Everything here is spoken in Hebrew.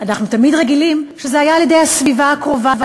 אנחנו תמיד היינו רגילים שזה לרוב על-ידי הסביבה הקרובה.